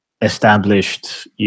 established